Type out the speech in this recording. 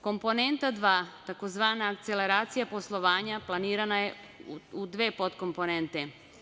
Komponenta dva, tzv. „akceleracija poslovanja“ planirana je u dve podkomponente.